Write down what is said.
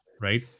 right